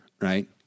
right